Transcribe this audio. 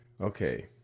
okay